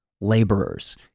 laborers